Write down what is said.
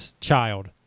child